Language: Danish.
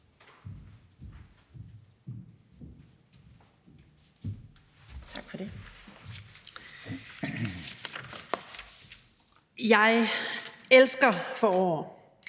Jeg elsker forår,